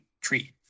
tree